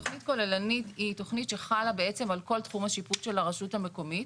תכנית כוללנית היא תכנית שחלה בעצם על כל תחום השיפוט של הרשות המקומית,